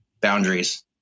boundaries